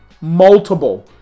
multiple